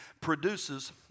produces